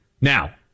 Now